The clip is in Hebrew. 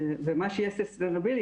ומה שיהיה sustainable,